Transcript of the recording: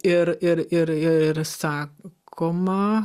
ir ir ir ir ir sakoma